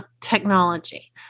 technology